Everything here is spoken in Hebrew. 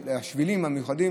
שהשבילים המיוחדים